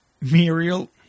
Muriel